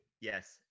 yes